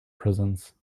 prisons